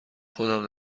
خودم